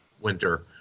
winter